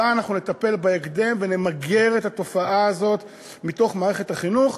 בה אנחנו נטפל בהקדם ונמגר את התופעה הזאת במערכת החינוך.